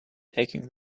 taking